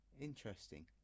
interesting